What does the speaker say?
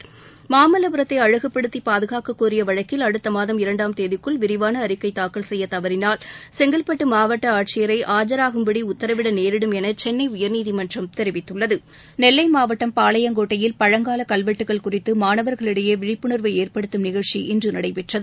மாமல்லபுரத்தை அழகுபடுத்தி பாதுகாக்க கோரிய வழக்கில் அடுத்த மாதம் இரண்டாம் தேதிக்குள் விரிவான அறிக்கை தாக்கல் செய்ய தவறினால் செங்கல்பட்டு மாவட்ட ஆட்சியரை ஆஜராகும்படி உத்தரவிட நேரிடும் என சென்னை உயர்நீதிமன்றம் தெரிவித்துள்ளது நெல்லை மாவட்டம் பாளையங்கோட்டையில் பழங்கால கல்வெட்டுகள் குறித்து மாணவர்களிடையே விழிப்புணர்வை ஏற்படுத்தும் நிகழ்ச்சி இன்று நடைபெற்றது